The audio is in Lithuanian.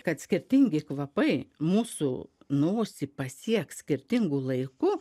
kad skirtingi kvapai mūsų nosį pasieks skirtingu laiku